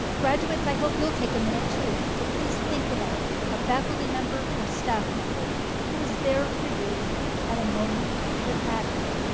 graduates, i hope you'll take a minute too to please think about a faculty member or staff member who was there for you at a moment that mattered.